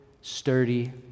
sturdy